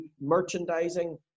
merchandising